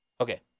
Okay